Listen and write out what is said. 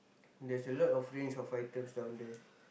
there's a lot of range of items down there